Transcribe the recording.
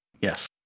Yes